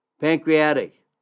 pancreatic